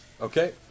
Okay